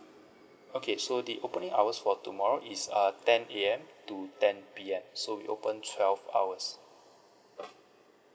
okay so the opening hours for tomorrow is uh ten A_M to ten P_M so we open twelve hours